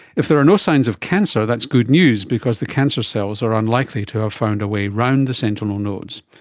if there are no signs of cancer, that's good news because the cancer cells are unlikely to have found a way around the sentinel nodes.